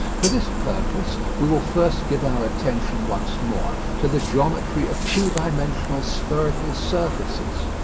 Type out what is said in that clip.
for this purpose we will first give our attention once more to the geometry of two-dimensional spherical surfaces.